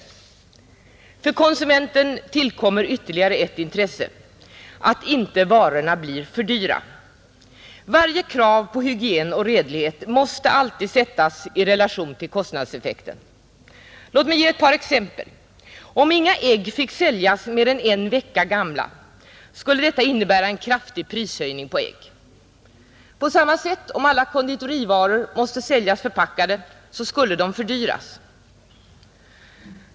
För konsumenten tillkommer ytterligare ett intresse: att inte varorna blir för dyra. Varje krav på hygien och redlighet måste alltid sättas i relation till kostnadseffekten. Låt mig ge ett par exempel. Om inga ägg som var mer än en vecka gamla fick säljas skulle detta innebära en kraftig prishöjning på ägg och om alla konditorivaror måste säljas förpackade skulle de fördyras.